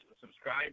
subscribe